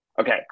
Okay